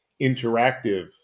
interactive